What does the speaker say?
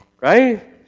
Right